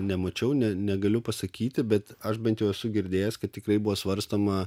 nemačiau ne negaliu pasakyti bet aš bent jau esu girdėjęs kad tikrai buvo svarstoma